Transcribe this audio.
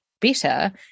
better